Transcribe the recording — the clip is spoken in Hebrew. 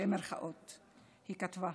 היא כתבה.